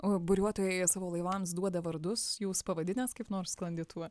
o buriuotojai savo laivams duoda vardus jūs pavadinęs kaip nors sklandytuvą